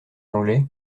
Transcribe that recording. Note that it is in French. anglais